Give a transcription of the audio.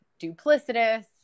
duplicitous